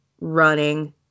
running